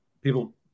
people